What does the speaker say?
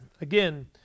again